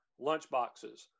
lunchboxes